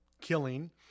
killing